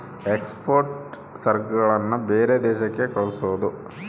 export ಸರಕುಗಳನ್ನ ಬೇರೆ ದೇಶಕ್ಕೆ ಕಳ್ಸೋದು